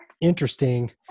interesting